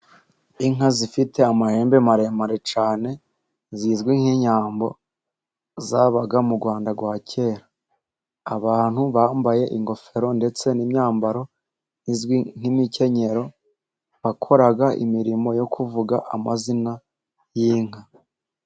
Inka zifite amahembe maremare cyane zizwi nk'inyambo, zabaga mu Rwanda rwa kera. Abantu bambaye ingofero ndetse n'imyambaro izwi nk'imikenyero, bakora imirimo yo kuvuga amazina y'inka.